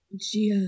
Gia